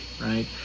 right